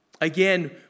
Again